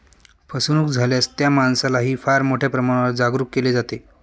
फसवणूक झाल्यास त्या माणसालाही फार मोठ्या प्रमाणावर जागरूक केले जाते